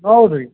ಹೌದು ರೀ